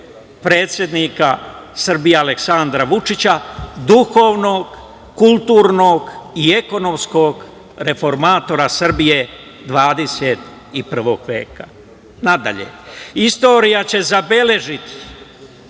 predsednika Srbije, Aleksandra Vučića, duhovnog, kulturnog i ekonomskog reformatora, Srbije 21. veka. Nadalje, istorija će zabeležiti